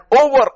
over